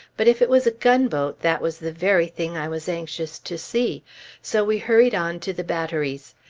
but if it was a gunboat, that was the very thing i was anxious to see so we hurried on to the batteries.